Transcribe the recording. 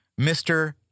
Mr